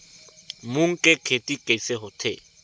मूंग के खेती कइसे होथे?